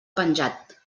penjat